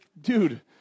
dude